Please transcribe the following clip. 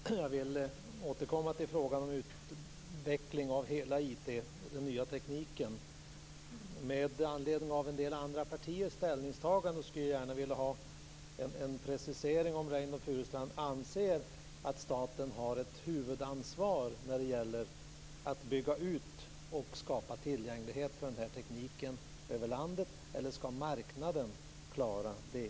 Fru talman! Jag vill återkomma till frågan om utveckling av hela IT och den nya tekniken. Med anledning av en del andra partiers ställningstaganden skulle jag gärna vilja ha en precisering om Reynoldh Furustrand anser att staten har ett huvudansvar när det gäller att bygga ut och skapa tillgänglighet för den här tekniken över landet. Eller skall marknaden klara det?